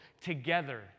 together